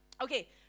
Okay